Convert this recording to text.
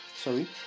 Sorry